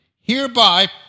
Hereby